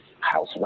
House